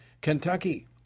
Kentucky